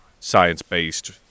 science-based